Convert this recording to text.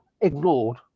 ignored